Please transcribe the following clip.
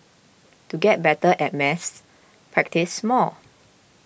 to get better at maths practise more